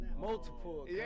Multiple